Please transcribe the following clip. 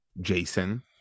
Jason